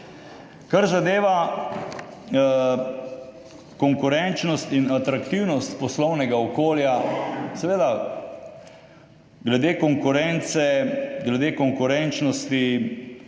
Kar zadeva konkurenčnost in atraktivnost poslovnega okolja – seveda so glede konkurence, glede konkurenčnosti